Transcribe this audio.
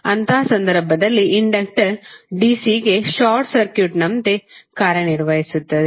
ಅಂತಹ ಸಂದರ್ಭದಲ್ಲಿ inductor DC ಗೆ ಶಾರ್ಟ್ ಸರ್ಕ್ಯೂಟ್ನಂತೆ ಕಾರ್ಯನಿರ್ವಹಿಸುತ್ತದೆ